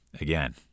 Again